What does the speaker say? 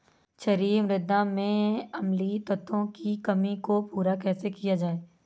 क्षारीए मृदा में अम्लीय तत्वों की कमी को पूरा कैसे किया जाए?